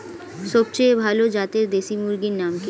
সবচেয়ে ভালো জাতের দেশি মুরগির নাম কি?